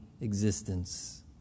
existence